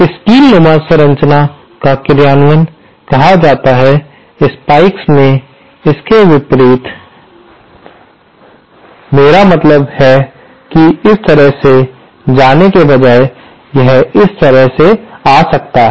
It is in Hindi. इसे कीलनुमा संरचना का क्रियान्वयन कहा जाता है स्पाइक्स में इसके विपरीत मेरा मतलब है कि इस तरह से जाने के बजाय यह इस तरह से आ सकता है